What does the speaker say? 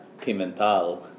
Pimental